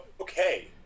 Okay